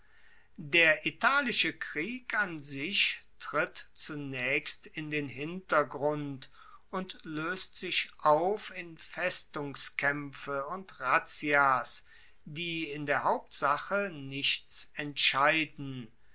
der italische krieg an sich tritt zunaechst in den hintergrund und loest sich auf in festungskaempfe und razzias die in der hauptsache nichts entscheiden